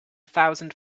thousand